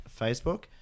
facebook